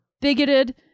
bigoted